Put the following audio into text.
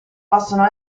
possono